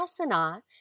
asana